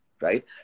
right